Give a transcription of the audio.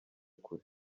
kure